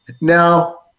Now